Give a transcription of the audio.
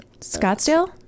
Scottsdale